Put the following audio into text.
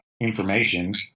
information